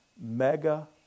Mega